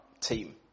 team